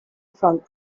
from